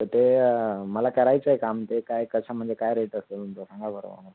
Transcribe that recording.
ते मला करायचं आहे काम ते काय कसा म्हणजे काय रेट असतो तुमचा सांगा बरं मला